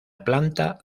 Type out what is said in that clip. planta